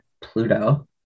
Pluto